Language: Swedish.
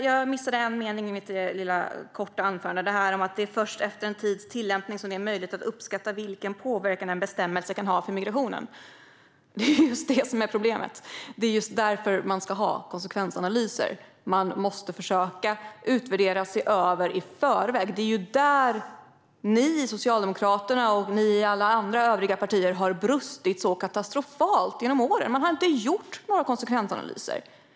Jag missade en mening i mitt korta anförande, nämligen att det är "först efter någon tids tillämpning av en bestämmelse som det är möjligt att uppskatta vilken påverkan bestämmelsen kan ha för migrationen". Det är ju just detta som är problemet. Det är just därför man ska ha konsekvensanalyser. Man måste försöka utvärdera och se över i förväg. Det är där som ni socialdemokrater och alla andra partier har brustit katastrofalt genom åren. Man har inte gjort några konsekvensanalyser.